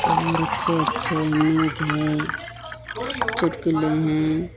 और अच्छे अच्छे न्यूज़ हैं चुट्कुलें हैं